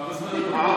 כמה זמן אתה פה,